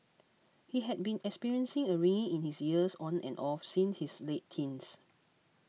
he had been experiencing a ringing in his ears on and off since his late teens